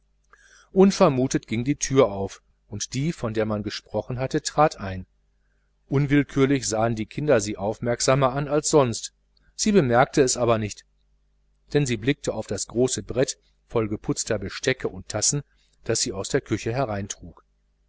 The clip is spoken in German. unvermutet ging die türe auf und die von der man gesprochen hatte trat ein unwillkürlich sahen alle kinder sie aufmerksamer an als sonst sie bemerkte es aber nicht denn sie blickte auf das große brett voll geputzter bestecke und tassen das sie aus der küche